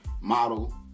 model